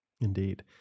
Indeed